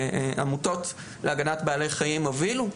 שעמותות להגנת בעלי חיים הובילו,